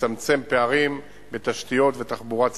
לצמצם פערים בתשתיות ותחבורה ציבורית,